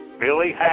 Billy